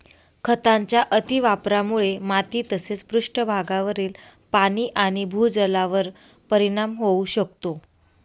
खतांच्या अतिवापरामुळे माती तसेच पृष्ठभागावरील पाणी आणि भूजलावर परिणाम होऊ शकतो